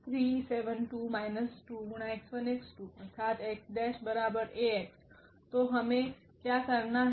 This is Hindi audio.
तो तो हमें क्या करना है